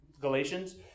Galatians